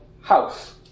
house